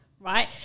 right